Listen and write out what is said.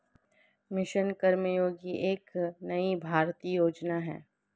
mission Karmayogi एक नई भारतीय योजना है